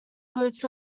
groups